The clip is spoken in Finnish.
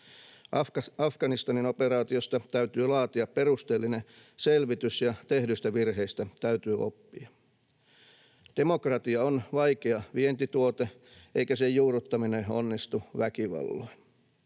Afganistanin operaatiosta täytyy laatia perusteellinen selvitys, ja tehdyistä virheistä täytyy oppia. Demokratia on vaikea vientituote, eikä sen juurruttaminen onnistu väkivalloin.